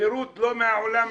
יהירות לא מהעולם הזה.